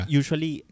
usually